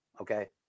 Okay